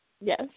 Yes